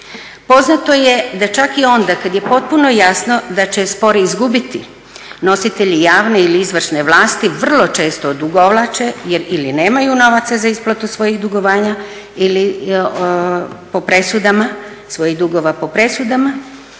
Poznato je da čak i onda kad je potpuno jasno da će spor izgubiti nositelji javne ili izvršne vlasti vrlo često odugovlače, jer ili nemaju novaca za isplatu svojih dugovanja ili po presudama,